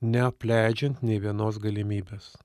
neapleidžiant nei vienos galimybės